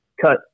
cut